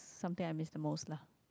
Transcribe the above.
something I miss the most lah